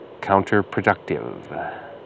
counterproductive